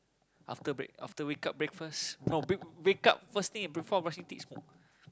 after break~ after wake up breakfast no bre~ wake up first thing before brushing teeth he smoke